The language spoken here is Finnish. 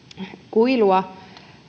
kuilua